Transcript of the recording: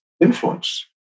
influence